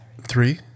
Three